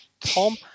Tom